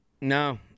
No